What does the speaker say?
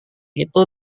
itu